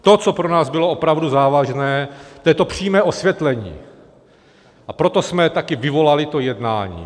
To, co pro nás bylo opravdu závažné, to je to přímé osvětlení, a proto jsme také vyvolali to jednání.